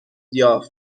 یافت